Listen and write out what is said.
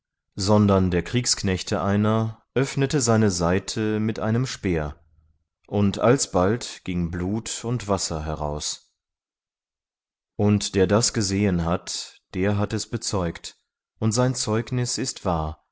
sondern der kriegsknechte einer öffnete seine seite mit einem speer und alsbald ging blut und wasser heraus und der das gesehen hat der hat es bezeugt und sein zeugnis ist wahr